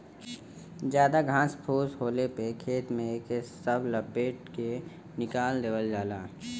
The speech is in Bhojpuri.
जादा घास फूस होले पे खेत में एके सब लपेट के निकाल देवल जाला